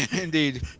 Indeed